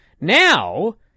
now